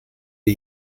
die